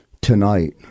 tonight